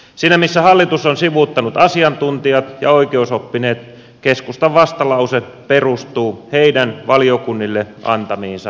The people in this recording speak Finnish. siinä missä hallitus on sivuuttanut asiantuntijat ja oikeusoppineet keskustan vastalause perustuu heidän valiokunnille antamiinsa lausuntoihin